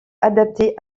adapté